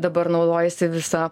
dabar naudojasi visa